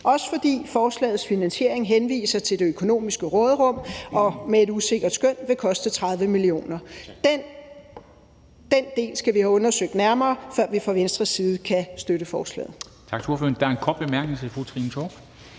også fordi forslagets finansiering henviser til det økonomiske råderum og med et usikkert skøn vil koste 30 mio. kr. Den del skal vi have undersøgt nærmere, før vi fra Venstres side kan støtte forslaget.